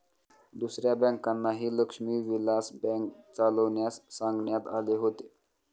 दुसऱ्या बँकांनाही लक्ष्मी विलास बँक चालविण्यास सांगण्यात आले होते